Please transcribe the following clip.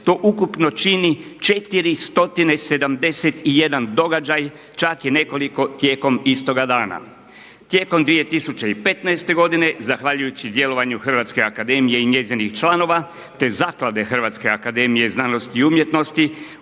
To ukupno čini 471 događaj, čak je nekoliko tijekom istoga dana. Tijekom 2015. godine zahvaljujući djelovanju Hrvatske Akademije i njezinih članova te Zaklade HAZU objavljeno je ukupno